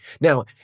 Now